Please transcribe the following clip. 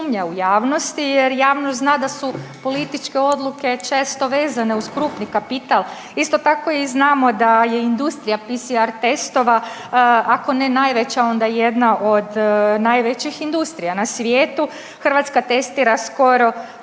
Hrvatska skoro uvijek